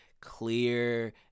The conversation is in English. clear